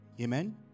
Amen